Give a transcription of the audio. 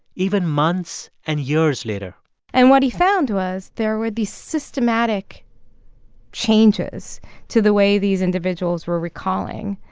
even months and years later and what he found was there were these systematic changes to the way these individuals were recalling.